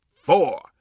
four